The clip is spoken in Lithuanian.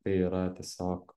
tai yra tiesiog